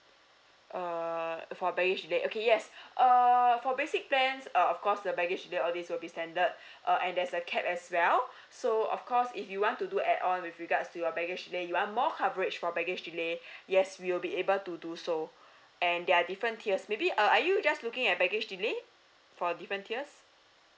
err for baggage delay okay yes err for basic plans uh of course the baggage delay all these will be standard uh and there's a cap as well so of course if you want to do add on with regards to your baggage delay you want more coverage for baggage delay yes we will be able to do so and there are different tiers maybe uh are you just looking at baggage delay for different tiers